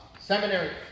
Seminary